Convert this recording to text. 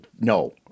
no